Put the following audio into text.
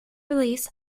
release